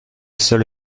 seule